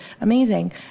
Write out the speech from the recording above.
Amazing